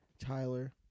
Tyler